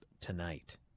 tonight